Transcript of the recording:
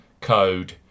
code